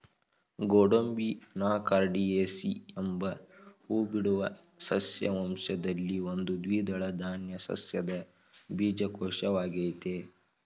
ಗೋಡಂಬಿ ಅನಾಕಾರ್ಡಿಯೇಸಿ ಎಂಬ ಹೂಬಿಡುವ ಸಸ್ಯ ವಂಶದಲ್ಲಿನ ಒಂದು ದ್ವಿದಳ ಧಾನ್ಯ ಸಸ್ಯದ ಬೀಜಕೋಶವಾಗಯ್ತೆ